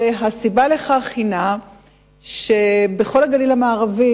הסיבה לכך היא שבכל הגליל המערבי,